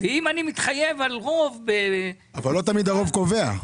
ואם אני מתחייב על רוב --- אבל לא תמיד הרוב קובע.